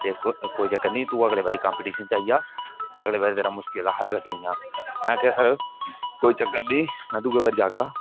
ते कोई चक्कर नेईं तू अगली बारी कम्पीटिशन च आई जा अगले बारी तेरा मुशकल हल करी ओड़ने आं में आखेआ सर कोई चक्कर नेईं में दूई बारी जाह्गा